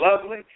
lovely